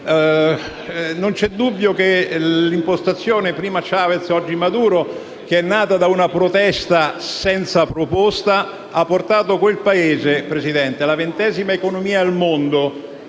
Non c'è dubbio che l'impostazione, prima di Chavez ed oggi di Maduro, che è nata da una protesta senza proposta, ha portato quel Paese, signor Presidente, la ventesima economia al mondo,